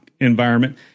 environment